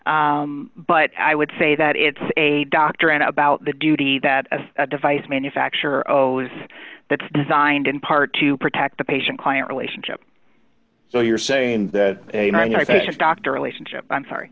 immunity but i would say that it's a doctor and about the duty that as a device manufacturer of those that's designed in part to protect the patient client relationship so you're saying that doctor relationship i'm sorry